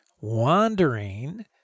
Wandering